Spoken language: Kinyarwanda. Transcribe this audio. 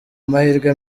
amahirwe